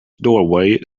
doorway